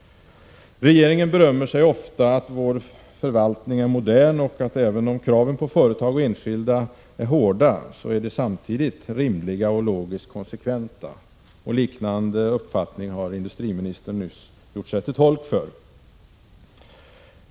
25 maj: 1987 Regeringen berömmer sig ofta av att vår förvaltning är modern och att även om kraven på företag och enskilda ofta är hårda, är de samtidigt rimliga och logiskt konsekventa. En liknande uppfattning har industriministern nyss gjort sig till tolk för.